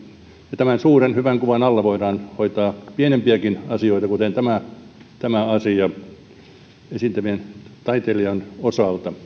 ja tämän suuren hyvän kuvan alla voidaan hoitaa pienempiäkin asioita kuten tämä tämä asia esiintyvän taiteilijan osalta